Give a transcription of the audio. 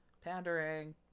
pandering